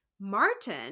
Martin